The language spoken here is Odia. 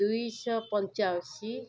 ଦୁଇଶହ ପଞ୍ଚାଅଶୀ